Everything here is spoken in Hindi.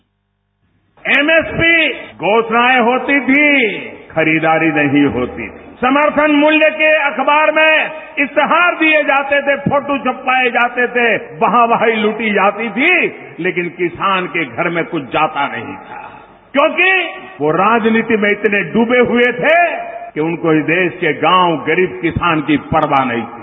बाईट प्रधानमंत्री एमएसपी घोषणाएं होती थी खरीदारी नहीं होती थी समर्थन मूल्य के अखबार में इश्तेहार दिए जाते थे फोटो छपवाए जाते थे वाहा वाही लूटी जाती थी लेकिन किसान के घर में कुछ जाता नहीं था क्योंकि वो राजनीति में इतने डूबे हुए थे कि उनको इस देश के गांव गरीब किसान की परवाह नहीं थी